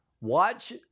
watch